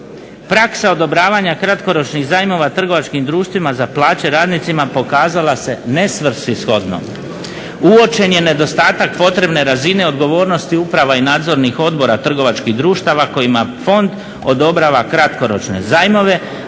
Praksa odobravanja kratkoročnih zajmova trgovačkim društvima za plaće radnicima pokazala se nesvrsishodno. Uočen je nedostatak potrebne razine odgovornosti uprava i nadzornih odbora trgovačkih društava kojima fond odobrava kratkoročne zajmove